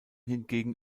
hingegen